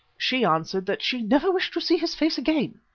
she answered that she never wished to see his face again.